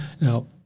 Now